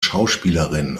schauspielerin